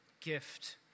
gift